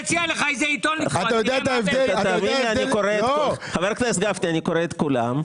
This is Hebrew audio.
אני קורא את כולם.